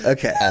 Okay